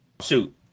Shoot